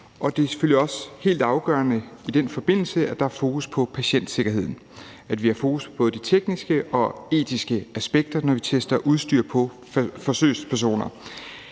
helt afgørende, at der er fokus på patientsikkerheden; at vi har fokus på både de tekniske og etiske aspekter, når vi tester udstyr på forsøgspersoner.